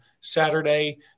Saturday